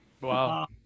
Wow